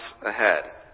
ahead